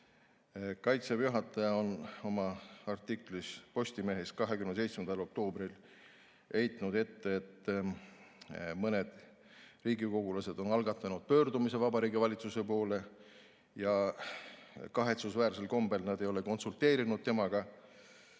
Kaitseväe juhataja oma artiklis Postimehes 27. oktoobril heitis ette, et mõned riigikogulased on algatanud pöördumise Vabariigi Valitsuse poole ja kahetsusväärsel kombel ei ole nad temaga